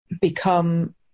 become